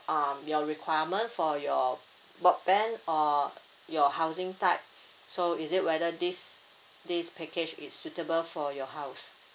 um your requirement for your broadband or your housing type so is it whether this this package is suitable for your house